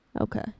Okay